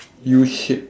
U shape